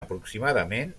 aproximadament